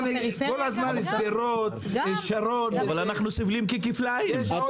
אנחנו סובלים כפליים.